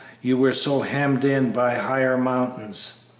you were so hemmed in by higher mountains.